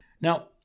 Now